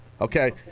okay